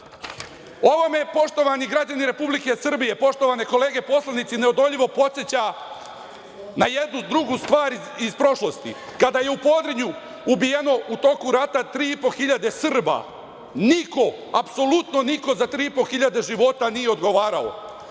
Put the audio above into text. me, poštovani građani Republike Srbije, poštovane kolege poslanici, neodoljivo podseća na jednu drugu stvar iz prošlosti – kada je u Podrinju ubijeno u toku rata 3.500 Srba niko, apsolutno niko za 3.500 života nije odgovarao.